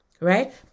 right